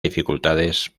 dificultades